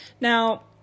Now